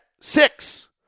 Six